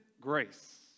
grace